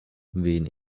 wen